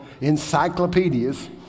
encyclopedias